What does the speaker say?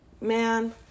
man